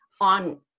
on